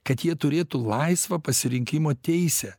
kad jie turėtų laisvą pasirinkimo teisę